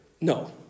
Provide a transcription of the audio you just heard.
no